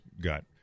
got